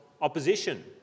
opposition